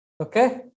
Okay